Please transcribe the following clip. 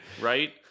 Right